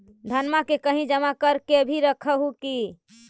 धनमा के कहिं जमा कर के भी रख हू की?